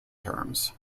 terms